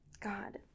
God